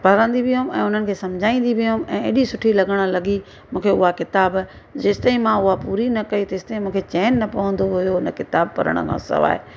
पढ़ंदी बि हुयमि ऐं उन्हनि खे समुझाईंदी बि हुयमि ऐं एॾी सुठी लॻणु लॻी मूंखे उहा किताब जेसिताईं मां उहा पूरी न कई तेसिताईं मूंखे चैन न पवंदो हुयो उन किताब पढ़ण खां सवाइ